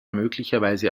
möglicherweise